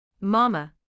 Mama